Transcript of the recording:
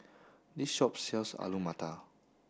this shop sells Alu Matar